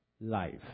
Life